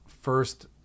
first